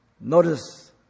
Notice